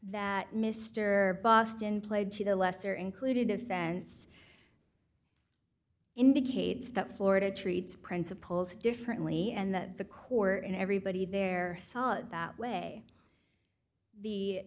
that mr boston played to the lesser included offense indicates that florida treats principles differently and that the court and everybody there saw it that way the